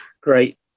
great